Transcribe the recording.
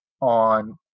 on